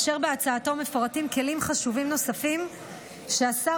אשר בהצעתו מפורטים כלים חשובים נוספים שהשר